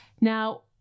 Now